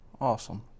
Awesome